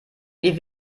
wie